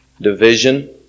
division